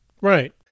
Right